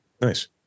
Nice